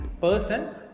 person